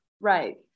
right